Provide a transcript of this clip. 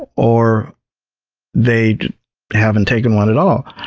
or they haven't taken one at all.